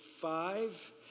five